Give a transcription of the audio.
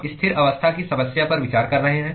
हम स्थिर अवस्था की समस्या पर विचार कर रहे हैं